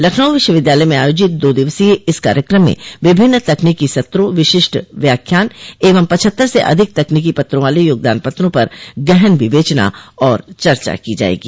लखनऊ विश्वविद्यालय में आयोजित दो दिवसीय इस कार्यक्रम में विभिन्न तकनीकी सत्रों विशिष्ट व्याख्यान एवं पछत्तर से अधिक तकनीकी पत्रों वाले योगदान पत्रों पर गहन विवेचना और चर्चा की जायेगी